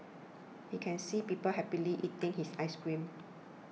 he can see people happily eating his ice cream